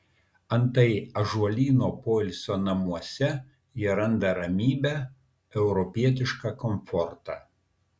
antai ąžuolyno poilsio namuose jie randa ramybę europietišką komfortą